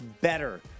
better